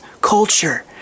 culture